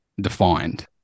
defined